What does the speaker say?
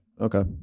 Okay